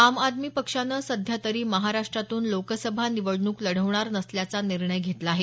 आम आदमी पक्षानं सध्या तरी महाराष्ट्रातून लोकसभा निवडणूक लढवणार नसल्याचा निर्णय घेतला आहे